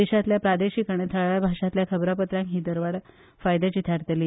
देशांतल्या प्रादेशीक आनी थळाव्या भाशांतल्या खबरापत्रांक ही दरवाड फायद्याची थारतली